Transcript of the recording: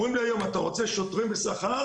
אומרים לי היום: אתה רוצה שוטרים בשכר?